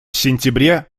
сентябре